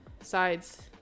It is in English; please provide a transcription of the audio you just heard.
sides